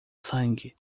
sangue